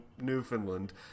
Newfoundland